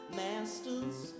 master's